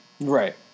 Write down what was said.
Right